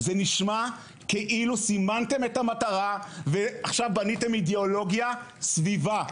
כאילו סימנתם את המטרה ועכשיו בניתם אידיאולוגיה סביבה.